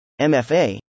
MFA